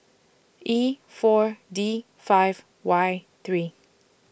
E four D five Y three